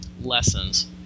lessons